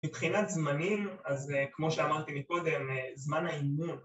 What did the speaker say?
מבחינת זמנים, אז כמו שאמרתי מקודם, זמן האימון